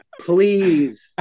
please